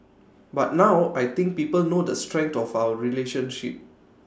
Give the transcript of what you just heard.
but now I think people know the strength of our relationship